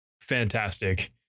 fantastic